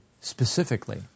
specifically